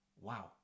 wow